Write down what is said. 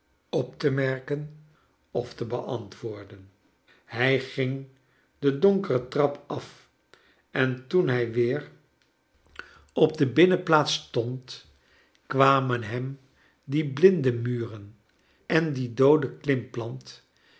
op te merken of te beantwoorden hij ging de donkere trap af en toen hij weer op de binnenplaats kleine dorrit sfrond kwamen hem die blinde muren en die doode